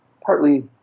partly